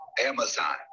Amazon